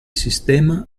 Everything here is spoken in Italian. sistema